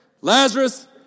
Lazarus